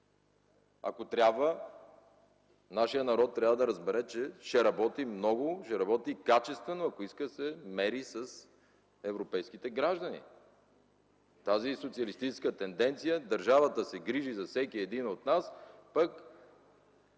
Ако трябва, нашият народ трябва да разбере, че ще работи много, ще работи качествено, ако иска да се мери с европейските граждани. Тази социалистическа тенденция – държавата да се грижи за всеки един от нас, пък